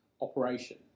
operation